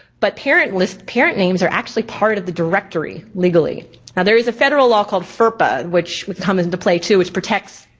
but parent lists, parent names, are actually part of the directory legally. now there is a federal law called ferpa, which would come into play too, which protects